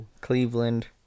Cleveland